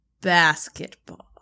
basketball